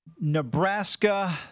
Nebraska